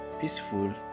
peaceful